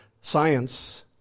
science